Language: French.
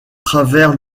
travers